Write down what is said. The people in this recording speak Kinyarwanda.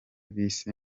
bise